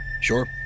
Sure